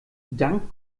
dank